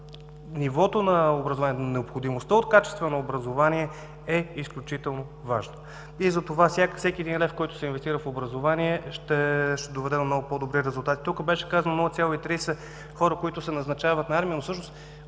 образование, необходимостта от качествено образование, е изключително важно и затова всеки един лев, който се инвестира в образование, ще доведе до много по-добри резултати. Тук беше казано 0,30 хора, които се назначават в армията, но бройка